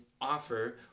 offer